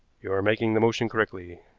you are making the motion correctly,